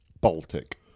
Baltic